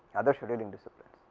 other scheduling discipline.